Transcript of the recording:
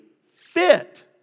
fit